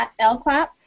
LClap